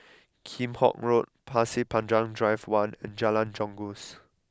Kheam Hock Road Pasir Panjang Drive one and Jalan Janggus